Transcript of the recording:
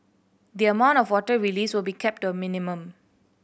the amount of water released will be kept to a minimum